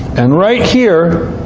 and right here,